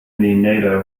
nato